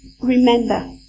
remember